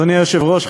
אדוני היושב-ראש,